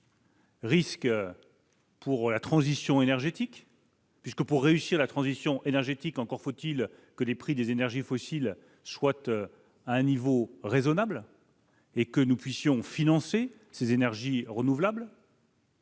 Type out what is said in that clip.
risque pour la transition énergétique, car pour réussir celle-ci, encore faut-il que les prix des énergies fossiles soient à un niveau raisonnable et que nous puissions financer les énergies renouvelables